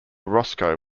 roscoe